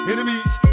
Enemies